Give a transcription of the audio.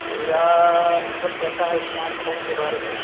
मेरा अनुभव कहता है स्मार्टफोन के बारे में